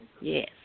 Yes